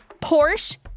Porsche